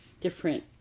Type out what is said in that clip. different